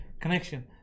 connection